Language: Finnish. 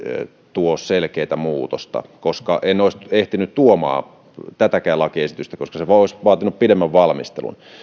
tuo selkeätä muutosta koska en olisi ehtinyt tuomaan tätäkään lakiesitystä koska se olisi vaatinut pidemmän valmistelun